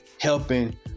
helping